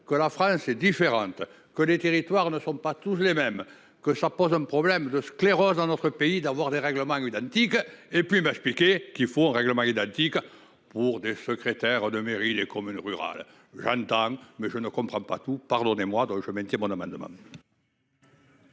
que la France est différente que les territoires ne sont pas tous les mêmes que ça pose un problème de sclérose dans notre pays d'avoir des règlements identique et puis bah je qu'il faut un règlement identique. Pour des secrétaires de mairie. Les communes rurales Grand-Am mais je ne comprends pas tout, pardonnez-moi. Donc je maintiens mon amendement.